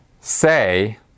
say